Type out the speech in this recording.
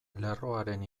lerroaren